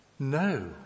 No